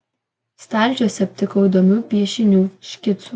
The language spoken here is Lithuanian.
stalčiuose aptikau įdomių piešinių škicų